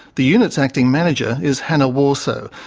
the unit's acting manager is hanne worsoe.